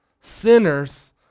sinners